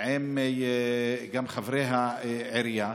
וגם עם חברי העירייה.